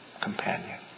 companion